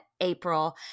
April